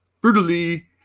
brutally